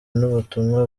n’ubutumwa